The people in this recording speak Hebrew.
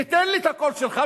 תן לי את הקול שלך,